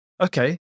okay